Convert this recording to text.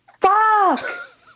Fuck